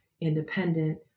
independent